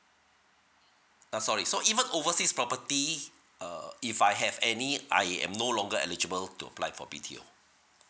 uh sorry so even overseas property uh if I have any I am no longer eligible to apply for B_T_O